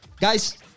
Guys